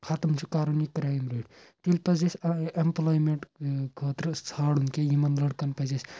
خَتم چھُ کَرُن یہِ کرٛایم ریٹ تیٚلہِ پَزِ اَسہِ ایٚمپلایمؠنٛٹ خٲطرٕ ژھانڈُن کینٛہہ یِمن لڑکَن پَزِ اَسہِ